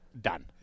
done